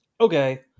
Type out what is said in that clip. Okay